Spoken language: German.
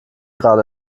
gerade